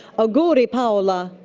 auguri, paola,